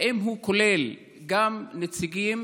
האם הוא כולל גם נציגים